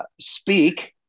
speak